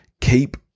keep